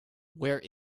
where